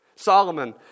Solomon